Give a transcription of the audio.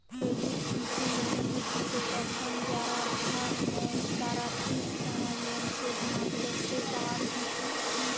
credit ঝুঁকি মানে হতিছে কখন যারা ধার নেই তারা ঠিক সময় লোন শোধ না করতে পায়ারঝুঁকি